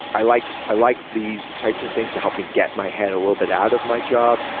i like i like these types of things to help me get my head a little bit out of my job,